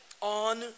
on